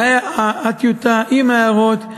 הטיוטה עם ההערות,